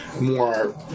more